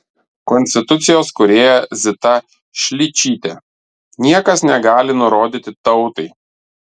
konstitucijos kūrėja zita šličytė niekas negali nurodyti tautai